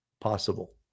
possible